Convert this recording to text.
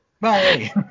Bye